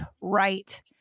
right